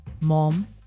mom